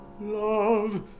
Love